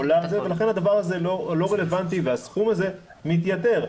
ולכן הדבר הזה לא רלוונטי והסכום הזה מתייתר.